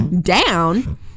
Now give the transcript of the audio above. down